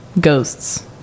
ghosts